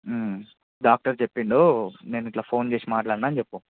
doctor చెప్పిండు నేను ఇట్ల ఫోన్ చేసి మాట్లాడిన అని చెప్పు